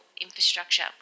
infrastructure